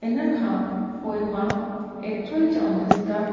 इन खां पोइ मां एतिरो चवंदसि त